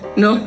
no